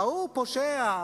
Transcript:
ההוא פושע,